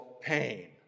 pain